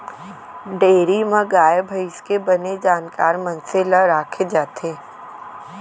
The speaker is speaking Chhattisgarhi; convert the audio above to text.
डेयरी म गाय भईंस के बने जानकार मनसे ल राखे जाथे